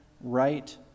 right